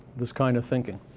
this kind of thinking.